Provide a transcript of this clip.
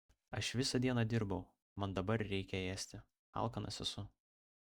aš visą dieną dirbau man dabar reikia ėsti alkanas esu